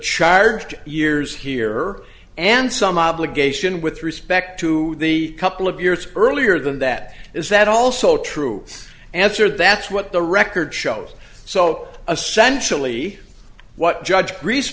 charged years here and some obligation with respect to the couple of years earlier than that is that also true answer that's what the record shows so essentially what judge re